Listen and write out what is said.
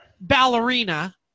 ballerina